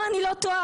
לא, אני לא טועה.